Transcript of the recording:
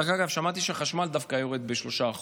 דרך אגב, שמעתי שהחשמל דווקא יורד ב-3%.